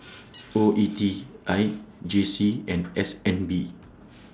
O E T I J C and S N B